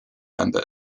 member